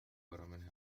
منها